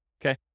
okay